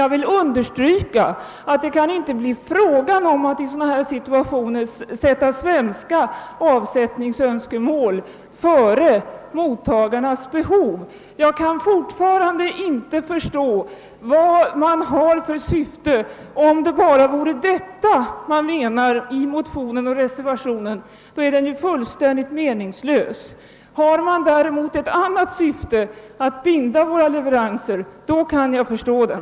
Jag vill understryka att det inte kan bli fråga om att i sådana situationer sätta svenska avsättningsönskemål före mottagarnas behov. Jag kan fortfarande inte förstå vilket syfte man på borgerlig sida har. Om det bara är detta man menar i motionen och reservationen, är de ju fullständigt meningslösa. Har man däremot ett annat syfte, att binda våra leveranser, då kan jag förstå dem.